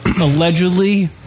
allegedly